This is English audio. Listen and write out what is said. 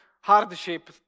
hardship